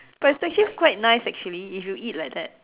but it's actually quite nice actually if you eat like that